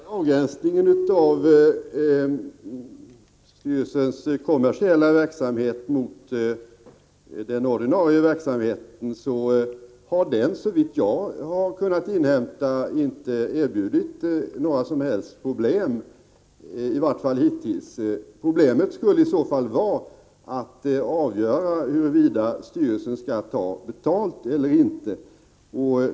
Herr talman! Avgränsningen mellan rikspolisstyrelsens kommersiella verksamhet och dess så att säga ordinarie verksamhet har såvitt jag kunnat inhämta inte erbjudit några som helst problem — i varje fall inte hittills. Problemet skulle under sådana förhållanden vara att avgöra huruvida styrelsen skall ta betalt eller inte.